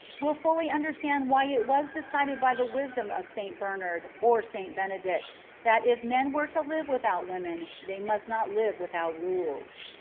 will fully understand why it was decided by the wisdom of st. bernard or st. benedict that if men were to live without women, they must not live without rules.